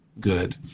good